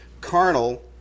carnal